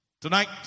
Tonight